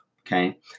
okay